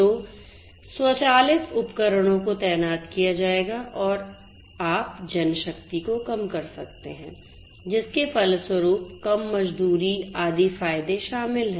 तो स्वचालित उपकरणों को तैनात किया जाएगा और आप जनशक्ति को कम कर सकते हैं जिसके फलस्वरूप कम मजदूरी आदि फायदे शामिल हैं